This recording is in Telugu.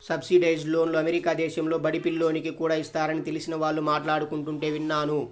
సబ్సిడైజ్డ్ లోన్లు అమెరికా దేశంలో బడి పిల్లోనికి కూడా ఇస్తారని తెలిసిన వాళ్ళు మాట్లాడుకుంటుంటే విన్నాను